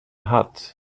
hat